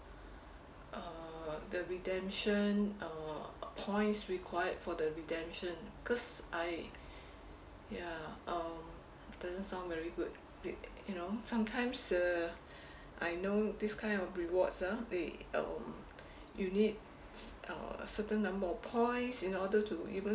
uh the redemption uh uh points required for the redemption because I ya um doesn't sound very good you you know sometimes uh I know this kind of rewards ah they um you need uh certain number of points in order to even